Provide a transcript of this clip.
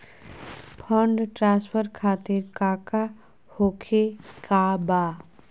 Fund transfer खातिर काका होखे का बा?